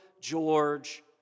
George